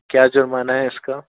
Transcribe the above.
क्या जुर्माना है इसका